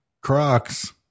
Crocs